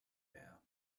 bear